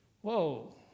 Whoa